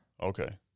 Okay